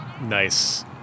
Nice